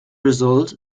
result